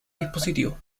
dispositivo